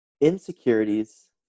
insecurities